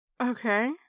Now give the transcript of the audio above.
Okay